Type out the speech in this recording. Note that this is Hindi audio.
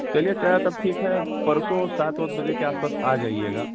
चलिए चा तब ठीक है परसों सात वात बजे के आस पास आ जाईएगा